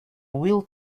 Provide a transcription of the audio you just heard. wheel